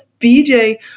bj